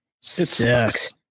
sucks